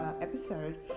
episode